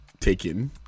taken